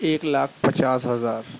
ایک لاکھ پچاس ہزار